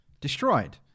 Destroyed